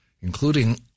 including